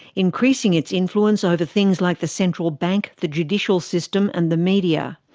increasing its influence over things like the central bank, the judicial system and the media.